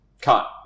cut